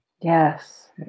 Yes